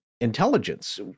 intelligence